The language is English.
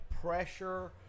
pressure